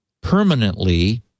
permanently